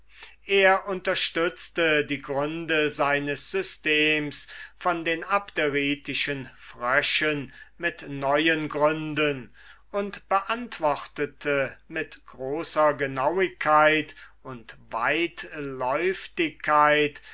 er unterstützte die gründe seines systems von den abderitischen fröschen mit neuen gründen und beantwortete mit großer genauigkeit und